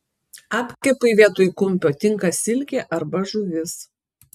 apkepui vietoj kumpio tinka silkė arba žuvis